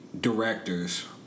directors